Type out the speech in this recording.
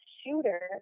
shooter